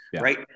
right